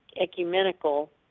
ecumenical